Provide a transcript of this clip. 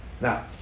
Now